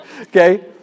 okay